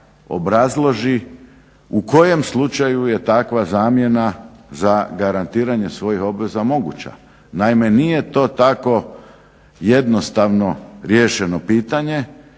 obrazloži u kojem slučaju je takva zamjena za garantiranje svojih obveza moguća. Naime, nije to tako jednostavno riješeno pitanje,